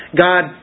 God